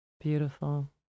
Beautiful